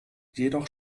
jedoch